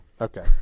Okay